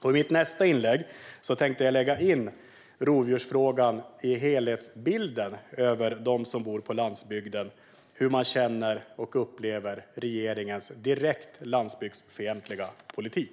I mitt nästa inlägg tänker jag lägga in rovdjursfrågan i helhetsbilden över dem som bor på landsbygden, hur man känner och upplever regeringens direkt landsbygdsfientliga politik.